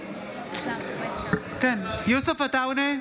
עודה, אינו נוכח יוסף עטאונה,